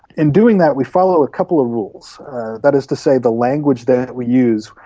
in doing that we follow a couple of rules. that is to say, the language that we use,